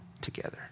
together